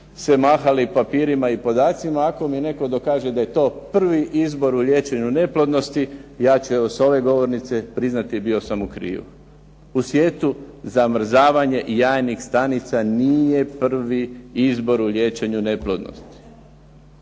mahali sa papirima i podacima, ako mi netko kaže da je to prvi izbor u liječenju neplodnosti, ja ću evo s ove govornice priznati, bio sam u krivu. U svijetu zamrzavanje jajnih stanica nije prvi izbor u liječenju neplodnosti.